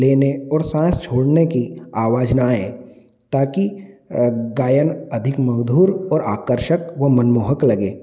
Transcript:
लेने और साँस छोड़ने की आवाज न आए ताकि गायन अधिक मधुर और आकर्षक व मनमोहक लगे